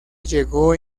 llegó